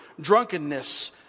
drunkenness